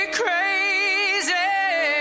crazy